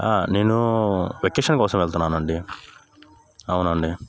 నేను వెకేషన్ కోసం వెళ్తున్నానండి అవునండి